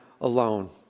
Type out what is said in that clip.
alone